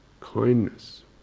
kindness